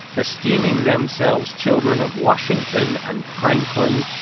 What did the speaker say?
esteeming themselves children of washington and franklin,